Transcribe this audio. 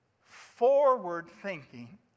forward-thinking